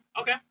okay